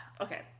okay